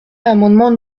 l’amendement